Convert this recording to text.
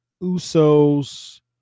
Uso's